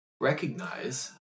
recognize